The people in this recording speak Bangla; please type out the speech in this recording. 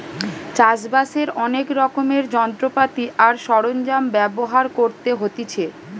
চাষ বাসের অনেক রকমের যন্ত্রপাতি আর সরঞ্জাম ব্যবহার করতে হতিছে